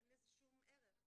אין לזה שום ערך.